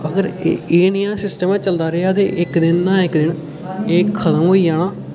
अगर एह् एह् नेहा सिस्टम गै चलदा रेहा ते इक दिन न इक दिन एह् खत्म होई जाना